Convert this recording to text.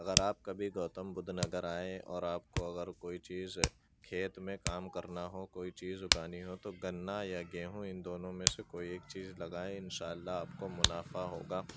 اگر آپ کبھی گوتم بُدھ نگر آئیں اور آپ کو اگر کوئی چیز کھیت میں کام کرنا ہو کوئی چیز اُگانی ہو تو گنّا یا گیہوں اِن دونوں میں سے کوئی ایک چیز لگائیں اِنشاء اللہ آپ کو منافع ہوگا